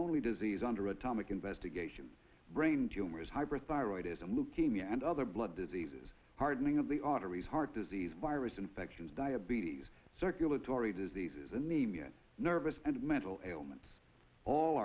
only disease under atomic investigation brain tumors hyperthyroidism leukemia and other blood diseases hardening of the arteries heart disease virus infections diabetes circulatory diseases and nemean nervous and mental ailments all